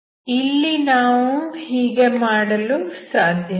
ಇಲ್ಲಿ ನಾವು ಹೀಗೆ ಮಾಡಲು ಸಾಧ್ಯವಿಲ್ಲ